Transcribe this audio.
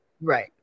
right